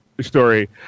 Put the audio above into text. story